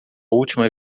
última